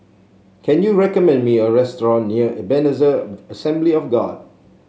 can you recommend me a restaurant near Ebenezer Assembly of God